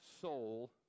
soul